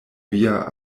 via